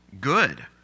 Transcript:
good